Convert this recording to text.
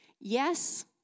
yes